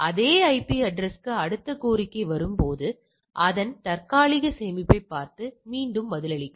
அதே ஐபி அட்ரஸ்க்கு அடுத்த கோரிக்கை வரும்போது அதன் தற்காலிக சேமிப்பைப் பார்த்து மீண்டும் பதிலளிக்கவும்